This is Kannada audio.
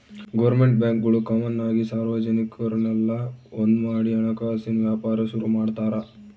ಗೋರ್ಮೆಂಟ್ ಬ್ಯಾಂಕ್ಗುಳು ಕಾಮನ್ ಆಗಿ ಸಾರ್ವಜನಿಕುರ್ನೆಲ್ಲ ಒಂದ್ಮಾಡಿ ಹಣಕಾಸಿನ್ ವ್ಯಾಪಾರ ಶುರು ಮಾಡ್ತಾರ